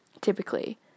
typically